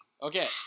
Okay